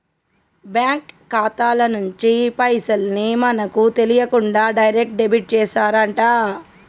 bank ఖాతా నుంచి పైసల్ ని మనకు తెలియకుండా డైరెక్ట్ డెబిట్ చేశారట